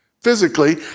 physically